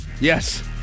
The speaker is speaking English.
Yes